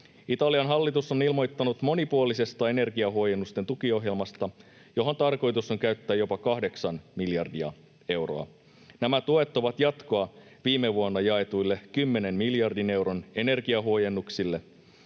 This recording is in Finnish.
Italian hallitus on ilmoittanut monipuolisesta energiahuojennusten tukiohjelmasta, johon tarkoitus on käyttää jopa kahdeksan miljardia euroa. Nämä tuet ovat jatkoa viime vuonna jaetuille kymmenen miljardin euron energiahuojennuksille.